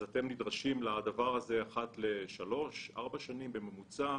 אתם נדרשים לדבר הזה אחת לשלוש-ארבע שנים בממוצע.